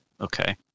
Okay